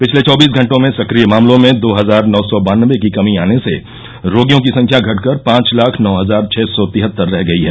पिछले चौबीस घटों में सक्रिय मामलों में दो हजार नौ सौ बान्नबे की कमी आने से रोगियों की संख्या घटकर पांच लाख नौ हजार छः सौ तिहत्तर रह गई है